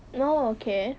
oh okay